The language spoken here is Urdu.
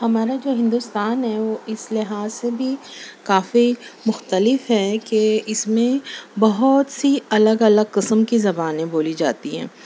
ہمارا جو ہندوستان ہے وہ اس لحاظ سے بھی کافی مختلف ہے کہ اس میں بہت سی الگ الگ قسم کی زبانیں بولی جاتی ہیں